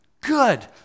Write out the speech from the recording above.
Good